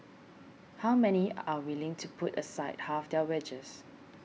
how many are willing to put aside half their wages